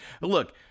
look